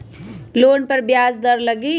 Loan पर ब्याज दर लगी?